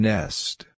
Nest